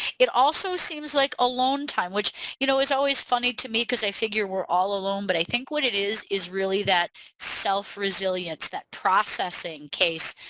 it also seems like alone time which you know is always funny to me because i figure we're all alone but i think what it is is really that self resilience that processing casey.